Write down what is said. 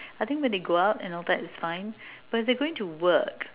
I think when they go out and all that it's fine but if they're going to work and